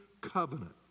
covenant